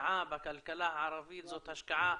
שהשקעה בכלכלה הערבית זאת השקעה